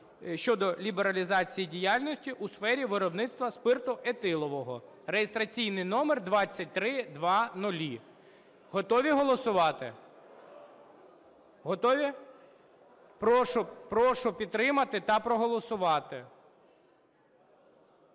щодо лібералізації діяльності у сфері виробництва спирту етилового (реєстраційний номер 2300). Готові голосувати? Готові? Прошу підтримати та проголосувати.